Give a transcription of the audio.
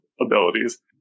abilities